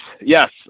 Yes